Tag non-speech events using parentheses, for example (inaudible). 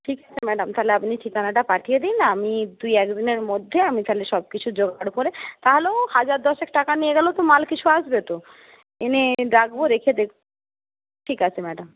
ঠিক আছে ম্যাডাম তাহলে আপনি ঠিকানাটা পাঠিয়ে দিন আমি দু একদিনের মধ্যে আমি তাহলে সবকিছু জোগাড় করে তা হলেও হাজার দশেক টাকা নিয়ে গেলেও তো মাল কিছু আসবে তো এনে রাখবো রেখে (unintelligible) ঠিক আছে ম্যাডাম